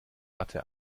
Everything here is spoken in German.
watte